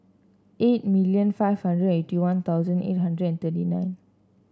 eight million five hundred eighty One Thousand eight hundred and thirty nine